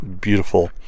beautiful